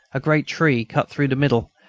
a great tree, cut through the middle,